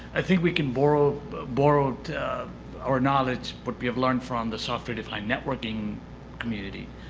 i think we can borrow borrow our knowledge what we have learned from the software-defined networking community,